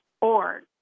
org